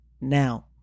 now